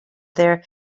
their